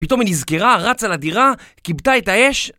פתאום היא נזכרה, רצה לדירה, כיבתה את האש.